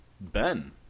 Ben